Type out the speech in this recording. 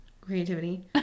Creativity